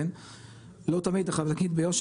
אני חייב להגיד ביושר,